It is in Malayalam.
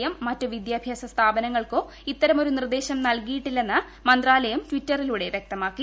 എം മറ്റ് വിദ്യാഭ്യാസ സ്ഥാപനങ്ങൾക്കോ ഇത്തരമൊരു നിർദ്ദേശം നൽകിയിട്ടില്ലെന്ന് മന്ത്രാലയം ടിറ്ററിലൂടെ വൃക്തമാക്കി